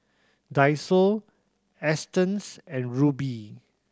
Daiso Astons and Rubi